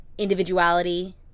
Individuality